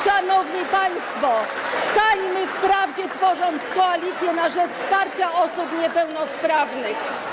Szanowni państwo, stańmy w prawdzie, tworząc koalicję na rzecz wsparcia osób niepełnosprawnych.